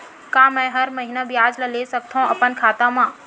का मैं हर महीना ब्याज ला ले सकथव अपन खाता मा?